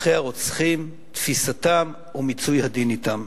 אחרי הרוצחים, תפיסתם ומיצוי הדין אתם.